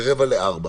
ב-15:45.